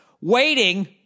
waiting